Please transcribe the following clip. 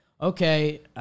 Okay